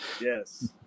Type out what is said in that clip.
Yes